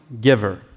giver